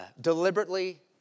deliberately